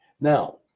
now